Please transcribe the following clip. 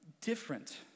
different